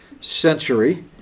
century